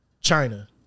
China